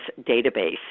database